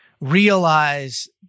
realize